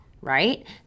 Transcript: right